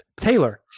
Taylor